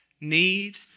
need